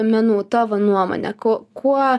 menų tavo nuomone ko kuo